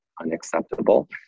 unacceptable